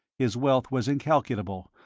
his wealth was incalculable,